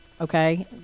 Okay